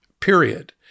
period